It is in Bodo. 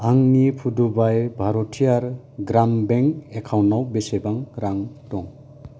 आंनि पुदुबाइ भारतियार ग्राम बेंक एकाउन्टाव बेसेबां रां दं